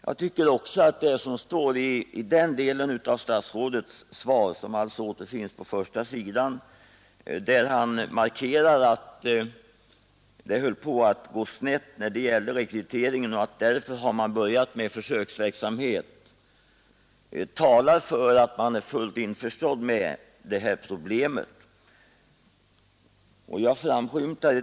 Jag tycker ock markerar att det höll på att gå snett när det gällde rekryteringen och att att vad statsrådet säger i början av sitt svar, när han man därför hade börjat med en försöksverksamhet, talar för att han är fullt införstådd med det här problemet.